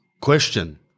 question